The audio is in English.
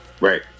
Right